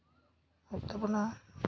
ᱵᱚᱱᱟ